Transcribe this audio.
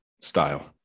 style